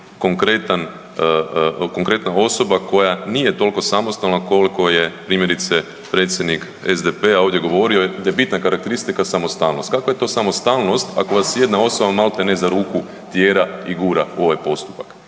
konkretna osoba koja nije toliko samostalna koliko je primjerice predsjednik SDP-a ovdje govorio, da je bitna karakteristika samostalnost. Kakva je to samostalnost ako vas jedna osoba malti ne za ruku tjera i gura u ovaj postupak,